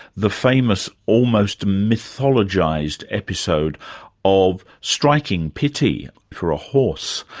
the famous, almost mythologised episode of striking pity for a horse.